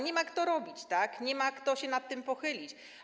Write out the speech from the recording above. Nie ma kto robić, nie ma kto się nad tym pochylić.